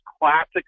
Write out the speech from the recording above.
classic